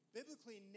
Biblically